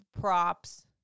props